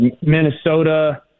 Minnesota